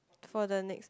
for the next